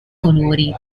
colori